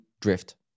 Drift